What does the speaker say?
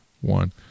one